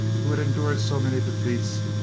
who had endured so many defeats,